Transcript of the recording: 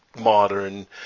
modern